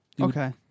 Okay